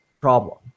problem